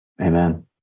Amen